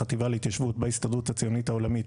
החטיבה להתיישבות בהסתדרות הציונית העולמית,